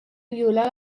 violar